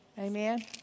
Amen